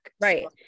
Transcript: Right